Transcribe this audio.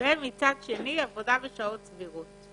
ומצד שני עבודה בשעות סבירות.